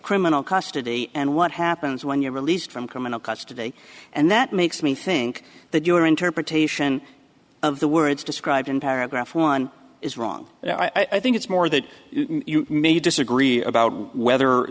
criminal custody and what happens when you're released from coming across today and that makes me think that your interpretation of the words described in paragraph one is wrong i think it's more that you may disagree about whether